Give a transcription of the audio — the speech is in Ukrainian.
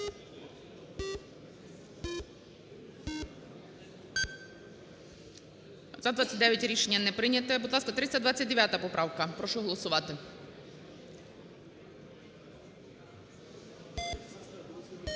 За-29 Рішення не прийнято. Будь ласка, 329 поправка. Прошу голосувати.